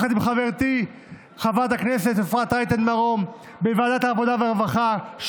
יחד עם חברתי חברת הכנסת אפרת רייטן מרום בוועדת העבודה והרווחה,